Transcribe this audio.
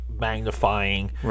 magnifying